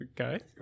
Okay